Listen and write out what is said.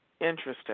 Interesting